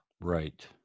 right